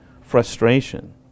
frustration